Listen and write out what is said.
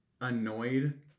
annoyed